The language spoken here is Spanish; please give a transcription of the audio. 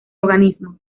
organismo